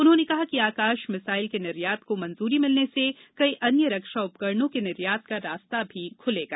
उन्होंने कहा कि आकाश मिसाइल के निर्यात को मंजूरी मिलने से कई अन्य रक्षा उपकरणों के निर्यात का रास्ता भी खुलेगा